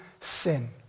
sin